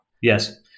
Yes